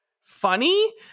funny